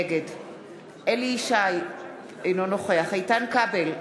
נגד אליהו ישי, אינו נוכח איתן כבל,